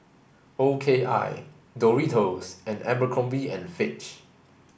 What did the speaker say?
O K I Doritos and Abercrombie and Fitch